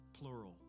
plural